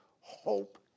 hope